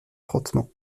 frottement